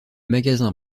magasins